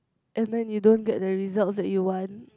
and then you don't get the results that you want